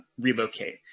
relocate